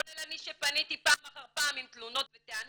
כולל אני שפניתי פעם אחר פעם עם תלונות וטענות,